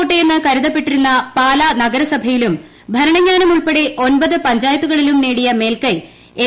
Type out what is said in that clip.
കോട്ടയെന്ന് കരുതപ്പെട്ടിരുന്ന പാലാ നഗരസഭയിലും ഭരണങ്ങാനമുൾപ്പെടെ ഒമ്പത് പഞ്ചായത്തുകളിലും നേടിയ മേൽക്കൈ എൽ